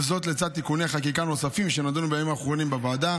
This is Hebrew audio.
וזאת לצד תיקוני חקיקה נוספים שנדונו בימים האחרונים בוועדה,